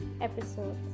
episode